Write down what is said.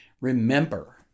remember